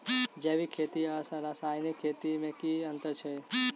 जैविक खेती आ रासायनिक खेती मे केँ अंतर छै?